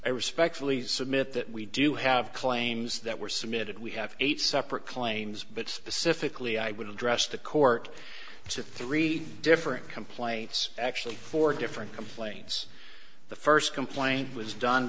i respectfully submit that we do have claims that were submitted we have eight separate claims but specifically i would address the court to three different complaints actually four different complaints the first complaint was done